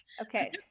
Okay